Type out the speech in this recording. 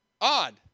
odd